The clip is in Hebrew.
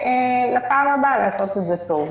ולפעם הבאה לעשות את זה טוב,